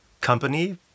company